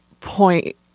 point